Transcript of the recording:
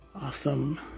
awesome